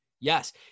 yes